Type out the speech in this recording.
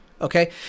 okay